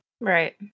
Right